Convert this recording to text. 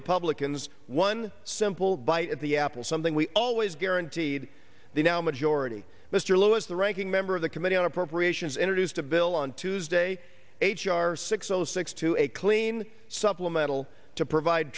republicans one simple bite at the apple something we always guaranteed the now majority mr lewis the ranking member of the committee on appropriations introduced a bill on tuesday h r six zero six two a clean supplemental to provide